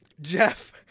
Jeff